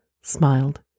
smiled